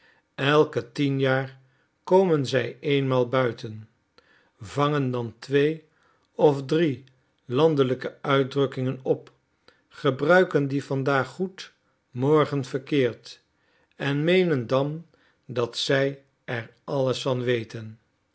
elke tien jaar komen zij eenmaal buiten vangen dan twee of drie landelijke uitdrukkingen op gebruiken die vandaag goed morgen verkeerd en meenen dan dat zij er alles van weten